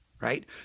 right